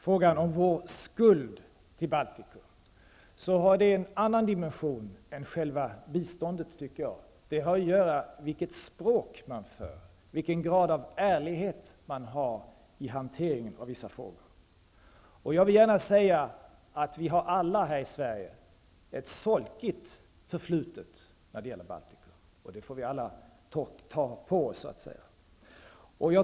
Frågan om vår skuld till Baltikum har, tycker jag, en annan dimension än själva biståndet. Det har att göra med vilket språk man för, vilken grad av ärlighet man har i hanteringen av vissa frågor. Jag vill gärna säga att vi alla här i Sverige har ett solkigt förflutet när det gäller Baltikum -- och det får vi alla ta på oss.